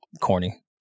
corny